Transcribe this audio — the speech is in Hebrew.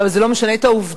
אבל זה לא משנה את העובדה